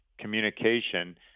communication